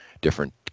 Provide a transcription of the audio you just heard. different